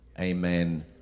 Amen